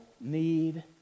need